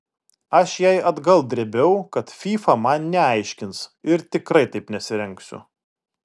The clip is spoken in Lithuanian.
aš jai atgal drėbiau kad fyfa man neaiškins ir tikrai taip nesirengsiu